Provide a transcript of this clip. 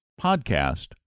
podcast